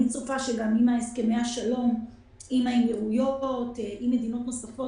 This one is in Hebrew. אני צופה שגם עם הסכמי השלום עם האמירויות ומדינות נוספות